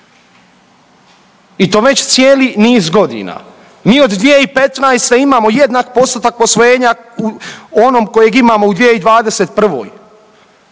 i to već cijeli niz godina. Mi od 2015. imamo jednak postotak posvojenja u onom kojeg imamo u 2021.,